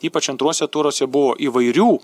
ypač antruose turuose buvo įvairių